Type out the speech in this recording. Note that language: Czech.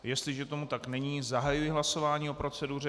Jestliže tomu tak není, zahajuji hlasování o proceduře.